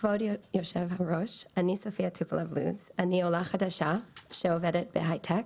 אני עולה חדשה שעובדת בהיי-טק.